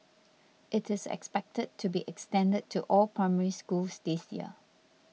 it is expected to be extended to all Primary Schools this year